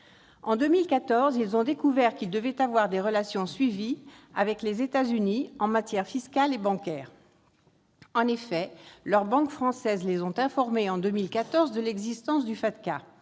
En 2014, ils ont découvert qu'ils devaient avoir des relations suivies avec les États-Unis en matières fiscale et bancaire. En effet, leurs banques françaises les ont informés cette année-là de l'existence du FATCA.